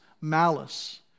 malice